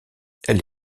elle